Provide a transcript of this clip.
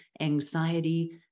anxiety